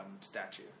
statue